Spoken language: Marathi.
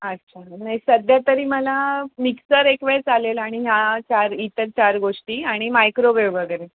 अच्छा नाही सध्या तरी मला मिक्सर एकवेळ चालेल आणि ह्या चार इतर चार गोष्टी आणि मायक्रोवेव वगैरे